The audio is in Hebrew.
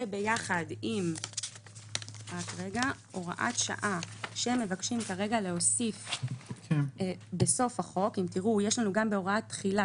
ויחד עם הוראת שעה שמבקשים להוסיף בסוף החוק יש לנו הוראת תחילה,